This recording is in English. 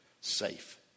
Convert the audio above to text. safe